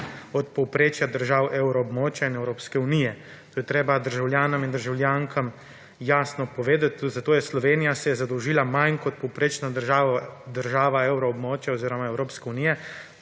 od povprečja držav Evroobmočja in Evropske unije. To je treba državljanom in državljankam jasno povedati. Zato je Slovenija se zadolžila manj kot povprečna država Evroobmočja oziroma Evropske unije,